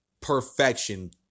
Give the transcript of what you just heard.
perfection